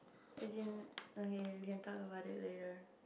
as in okay you can talk about it later